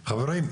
חברים,